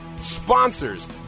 sponsors